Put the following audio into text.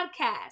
podcast